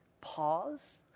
pause